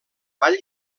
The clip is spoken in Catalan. ball